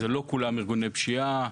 לא כולם של ארגוני פשיעה.